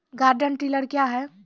Garden tiller क्या हैं?